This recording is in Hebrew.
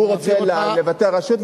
הוא רוצה לבטל את הרשות,